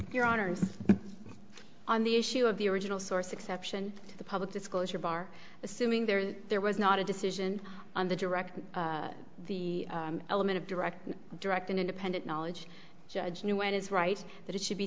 your honor on the issue of the original source exception to the public disclosure of our assuming there there was not a decision on the direct the element of direct direct and independent knowledge judge knew when it's right that it should be